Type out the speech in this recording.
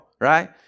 right